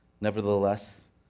Nevertheless